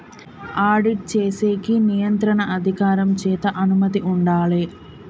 audit చేసేకి నియంత్రణ అధికారం చేత అనుమతి ఉండాలే